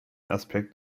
aspekt